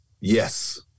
Yes